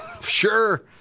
sure